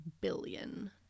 billion